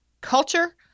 culture